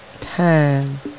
time